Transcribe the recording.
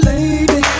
Lady